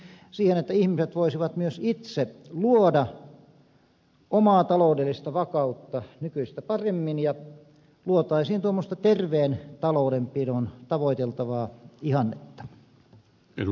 tällä päästäisiin siihen että ihmiset voisivat myös itse luoda omaa taloudellista vakautta nykyistä paremmin ja luotaisiin tuommoista terveen taloudenpidon tavoiteltavaa ihannetta